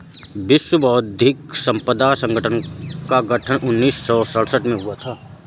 विश्व बौद्धिक संपदा संगठन का गठन उन्नीस सौ सड़सठ में हुआ था